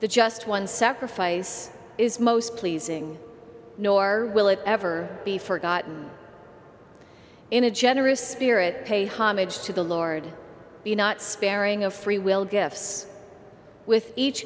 the just one sacrifice is most pleasing nor will it ever be forgotten in a generous spirit pay homage to the lord be not sparing of freewill gifts with each